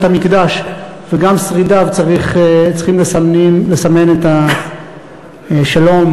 בית-המקדש וגם שרידיו צריכים לסמן את השלום